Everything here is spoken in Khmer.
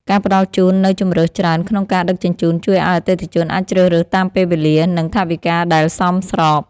ការផ្តល់ជូននូវជម្រើសច្រើនក្នុងការដឹកជញ្ជូនជួយឱ្យអតិថិជនអាចជ្រើសរើសតាមពេលវេលា និងថវិកាដែលសមស្រប។